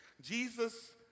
Jesus